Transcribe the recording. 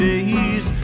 Days